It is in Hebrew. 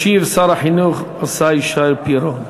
ישיב שר החינוך שי פירון.